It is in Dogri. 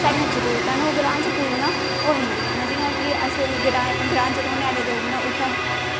साढ़ियां जरूरतां न ओह् ग्रांऽ च पूरियां होई जंदियां जियां की अस ग्राएं च रौह्ने आह्ले लोग न उत्थै